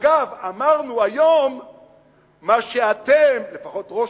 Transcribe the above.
אגב, אמרנו מה שהיום אתם, לפחות ראש